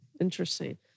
Interesting